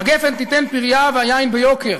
הגפן תיתן פרייה, והיין ביוקר.